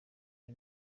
ari